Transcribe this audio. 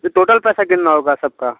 total पैसा कितना होगा सबका